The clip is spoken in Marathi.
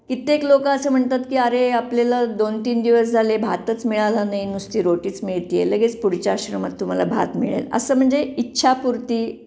कित्येक लोक असं म्हणतात की अरे आपल्याला दोन तीन दिवस झाले भातच मिळाला नाही नुसती रोटीच मिळते आहे लगेच पुढच्या आश्रमात तुम्हाला भात मिळेल असं म्हणजे इच्छापुरती